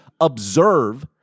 observe